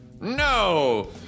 No